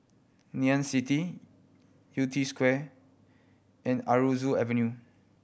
Ngee Ann City Yew Tee Square and Aroozoo Avenue